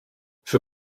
für